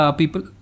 people